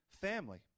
family